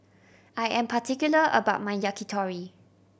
I am particular about my Yakitori